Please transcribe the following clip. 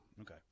Okay